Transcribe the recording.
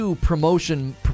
promotion